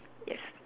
yes